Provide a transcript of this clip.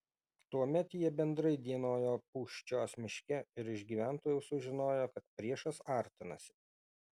tuomet jie bendrai dienojo pūščios miške ir iš gyventojų sužinojo kad priešas artinasi